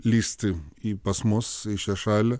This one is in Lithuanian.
lįsti į pas mus į šią šalį